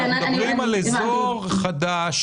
אבל אנחנו מדברים על אזור חדש,